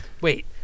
Wait